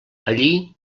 allí